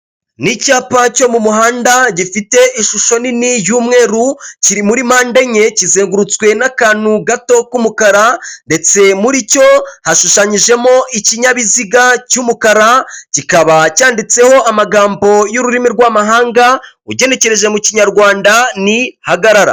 Ni icyapa cyo mu muhanda gifite ishusho nini y'umweru, kiri muri mpande enye kizengurutswe n'akantu gato k'umukara ndetse muri cyo hashushanyijemo ikinyabiziga cy'umukara, kikaba cyanditseho amagambo y'ururimi rw'amahanga, ugenekereje mu kinyarwanda ni hagarara.